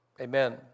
Amen